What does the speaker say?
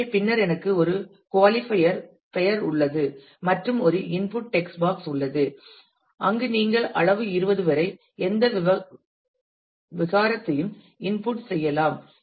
எனவே பின்னர் எனக்கு ஒரு குவாலிபயர் பெயர் உள்ளது மற்றும் ஒரு இன்புட் டெக்ஸ்ட் பாக்ஸ் உள்ளது அங்கு நீங்கள் அளவு 20 வரை எந்த விகாரத்தையும் இன்புட் செய்யலாம்